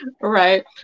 Right